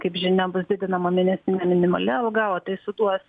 kaip žinia bus didinama mėnesinė minimali alga o tai suduos